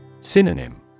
Synonym